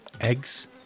eggs